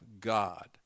God